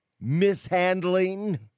mishandling